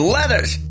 Letters